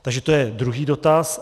Takže to je druhý dotaz.